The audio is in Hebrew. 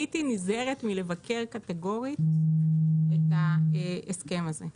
הייתי נזהרת מלבקר קטגורית את ההסכם הזה.